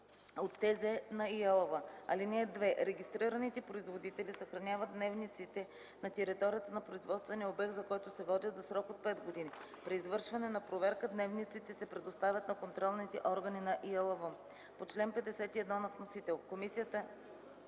от ТЗ на ИАЛВ. (2) Регистрираните производители съхраняват дневниците на територията на производствения обект, за който се водят, за срок от 5 години. При извършване на проверка дневниците се предоставят на контролните органи на ИАЛВ.” Комисията не подкрепя